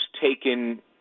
taken